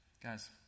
Guys